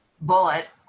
bullet